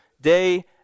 day